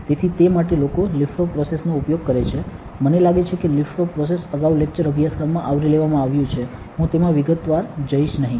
તેથી તે માટે લોકો લિફ્ટ ઑફ પ્રોસેસ નો ઉપયોગ કરે છે મને લાગે છે કે લિફ્ટ ઓફ પ્રોસેસ અગાઉ લેક્ચર અભ્યાસક્રમમાં આવરી લેવામાં આવ્યુ છે હું તેમા વિગતવાર જઈશ નહીં